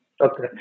Okay